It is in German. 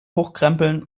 hochkrempeln